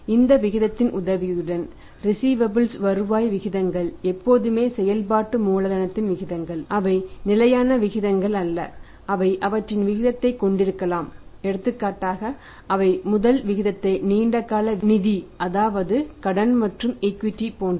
இந்த விகிதத்தின் உதவியுடன் ரிஸீவபல்ஸ் போன்றது